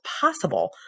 possible